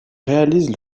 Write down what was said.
réalisent